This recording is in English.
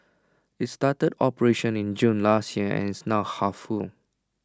IT started operations in June last year and is now half full